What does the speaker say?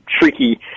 tricky